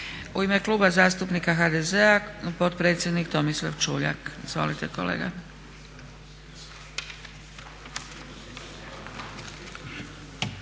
U ime Kluba zastupnika HDZ-a potpredsjednik Tomislav Čuljak. Izvolite kolega.